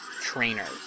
trainers